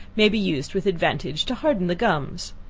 may be used with advantage, to harden the gums.